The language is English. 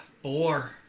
Four